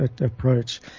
approach